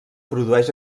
produeix